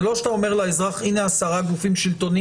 זה לא שאתה אומר לאזרח: הינה 10 הגופים שלטוניים,